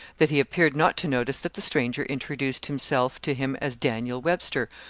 that he appeared not to notice that the stranger introduced himself to him as daniel webster,